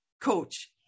coach